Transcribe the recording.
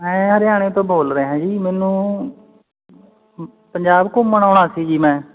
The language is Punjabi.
ਮੈ ਹਰਿਆਣੇ ਤੋਂ ਬੋਲ ਰਿਹਾ ਜੀ ਮੈਨੂੰ ਪੰਜਾਬ ਘੁੰਮਣ ਆਉਣਾ ਸੀ ਜੀ ਮੈਂ